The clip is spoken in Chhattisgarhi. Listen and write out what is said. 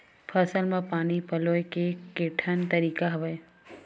फसल म पानी पलोय के केठन तरीका हवय?